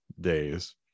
days